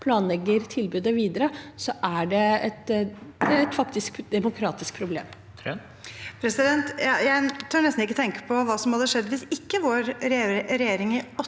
planlegger tilbudet videre, er det faktisk et demokratisk problem.